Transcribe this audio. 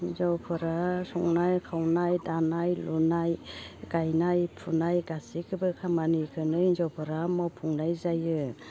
हिनजावफोरा संनाय खावनाय दानाय लुनाय गायनाय फुनाय गासिखोबो खामानिखोनो हिनजावफोरा मावफुंनाय जायो